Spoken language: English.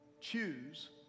choose